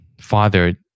father